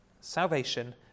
Salvation